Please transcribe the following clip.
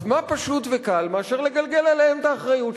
אז מה פשוט וקל מאשר לגלגל עליהם את האחריות,